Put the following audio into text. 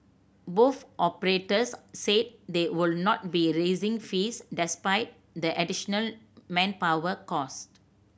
both operators said they would not be raising fees despite the additional manpower costs